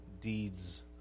deeds